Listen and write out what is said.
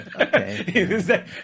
Okay